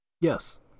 Yes